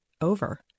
over